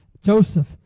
Joseph